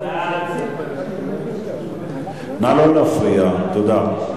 14. אם כך סעיף 13 התקבל, כולל ההסתייגות.